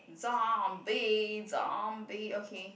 zombie zombie okay